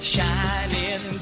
Shining